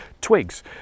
twigs